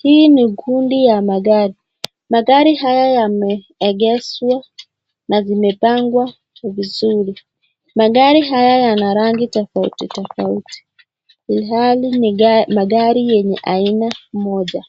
Hii ni kundi ya magari, magari haya yameegeshwa na vimepangwa vizuri. Magari haya yana rangi tofauti tofauti, ilhali magari ni ya aina moja.